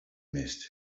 missed